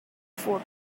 four